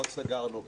לא סגרנו כלום.